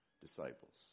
disciples